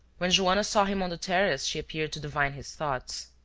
when joanna saw him on the terrace she appeared to divine his thoughts.